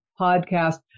podcast